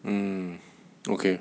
mm okay